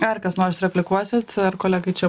ar kas nors replikuosit ar kolegai čia